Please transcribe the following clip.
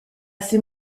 ces